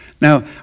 Now